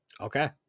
Okay